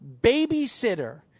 Babysitter